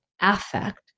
affect